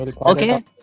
okay